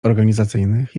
organizacyjnych